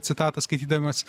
citatą skaitydamas